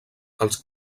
els